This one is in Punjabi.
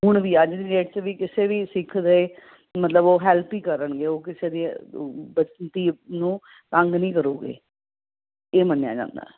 ਹੁਣ ਵੀ ਅੱਜ ਦੀ ਡੇਟ 'ਚ ਵੀ ਕਿਸੇ ਵੀ ਸਿੱਖ ਦੇ ਮਤਲਬ ਉਹ ਹੈਲਪ ਹੀ ਕਰਨਗੇ ਉਹ ਕਿਸੇ ਦੀ ਧੀ ਨੂੰ ਤੰਗ ਨਹੀਂ ਕਰਨਗੇ ਇਹ ਮੰਨਿਆ ਜਾਂਦਾ